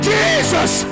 Jesus